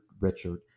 richard